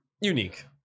Unique